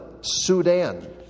Sudan